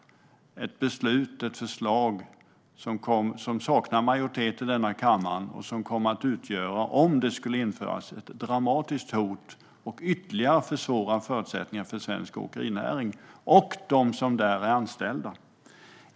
Det är ett förslag som saknar majoritet i denna kammare och som, om det infördes, skulle utgöra ett dramatiskt hot som ytterligare försvårar förutsättningarna för svensk åkerinäring och dem som där är anställda.